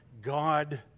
God